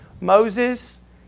Moses